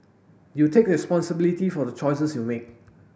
you take responsibility for the choices you make